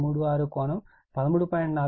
36 కోణం 13